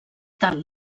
tal